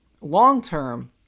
long-term